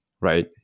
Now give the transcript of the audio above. right